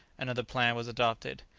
another plan was adopted.